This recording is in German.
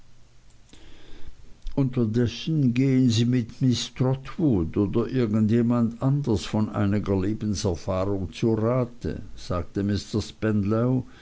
unterdessen gehen sie mit miß trotwood oder irgend jemand anders von einiger lebenserfahrung zu rate sagte mr